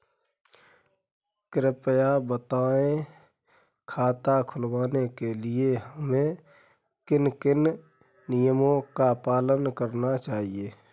कृपया बताएँ खाता खुलवाने के लिए हमें किन किन नियमों का पालन करना चाहिए?